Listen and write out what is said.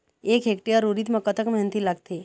एक हेक्टेयर उरीद म कतक मेहनती लागथे?